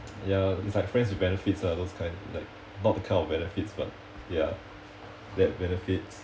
ya it's like friends with benefits ah those kind like not the kind of benefits but ya that benefits